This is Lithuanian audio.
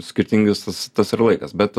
skirtingas tas tas ir laikas bet